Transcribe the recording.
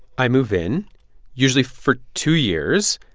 i move in usually for two years.